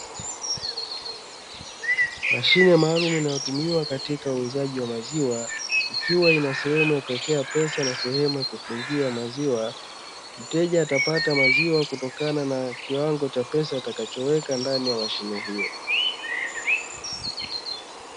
Mashine maalumu inayotumiwa katika uuzaji wa maziwa ikiwa ina sehemu ya kuwekea pesa na sehemu ya kukingia maziwa, mteja atapata maziwa kutokana na Kiwango cha pesa atakacho weka ndani ya mashine hiyo.